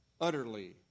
utterly